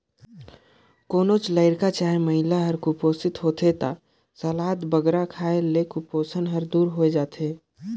कोनोच लरिका चहे महिला हर कुपोसित होथे ता सलाद बगरा खाए ले कुपोसन हर दूर होए जाथे